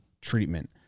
treatment